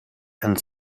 and